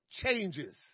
changes